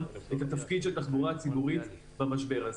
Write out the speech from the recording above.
את התפקיד של תחבורה ציבורית במשבר הזה.